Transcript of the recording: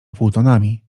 półtonami